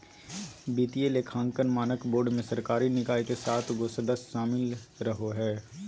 वित्तीय लेखांकन मानक बोर्ड मे सरकारी निकाय के सात गो सदस्य शामिल रहो हय